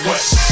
West